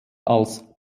als